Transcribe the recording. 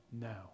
now